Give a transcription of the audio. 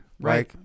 right